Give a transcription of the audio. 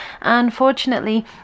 unfortunately